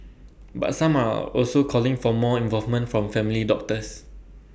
but some are also calling for more involvement from family doctors